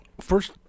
First